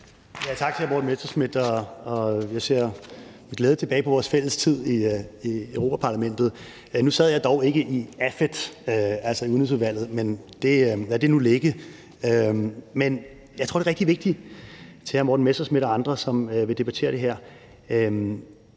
Tak til hr. Morten Messerschmidt. Jeg ser med glæde tilbage på vores fælles tid i Europa-Parlamentet. Nu sad jeg dog ikke i AFET, altså udenrigsudvalget, men lad det nu ligge. Jeg tror, det er rigtig vigtigt – til hr. Morten Messerschmidt og andre, som vil debattere det her